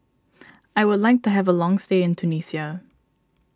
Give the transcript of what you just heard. I would like to have a long stay in Tunisia